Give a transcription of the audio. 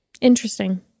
Interesting